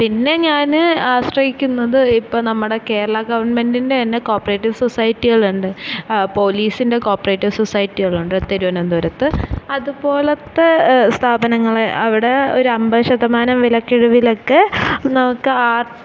പിന്നെ ഞാൻ ആശ്രയിക്കുന്നത് ഇപ്പം നമ്മുടെ കേരള ഗവൺമെറ്റിൻ്റെ തന്നെ കോപ്പറേറ്റീവ് സൊസൈറ്റികളുണ്ട് പോലീസിൻ്റെ കോപ്പറേറ്റീവ് സൊസൈറ്റികളുണ്ട് തിരുവനന്തപുരത്ത് അതുപോലത്തെ സ്ഥാപനങ്ങളെ അവിടെ ഒരൻപത് ശതമാനം വിലക്കിഴിവിലൊക്കെ നമുക്ക് ആർ